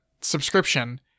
subscription –